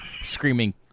screaming